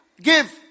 give